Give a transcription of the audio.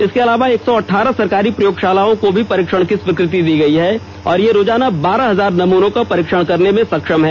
इसके अलावा एक सौ अठारह सरकारी प्रयोगशालाओं को भी परीक्षण की स्वीकृति दी गई है और ये रोजाना बारह हजार नमूनों का परीक्षण करने में सक्षम हैं